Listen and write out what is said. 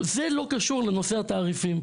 זה לא קשור לנושא התעריפים.